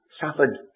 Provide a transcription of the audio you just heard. suffered